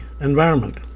environment